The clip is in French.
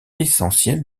essentiel